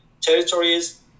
territories